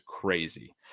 crazy